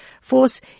force